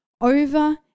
over